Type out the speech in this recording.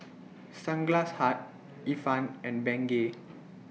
Sunglass Hut Ifan and Bengay